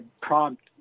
prompt